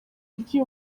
ibyo